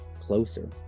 closer